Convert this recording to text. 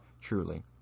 truly